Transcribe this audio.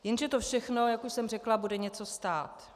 Jenže to všechno, jak už jsem řekla, bude něco stát.